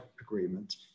agreement